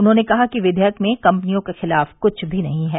उन्होंने कहा कि विवेयक में कंपनियों के खिलाफ कुछ भी नहीं है